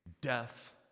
death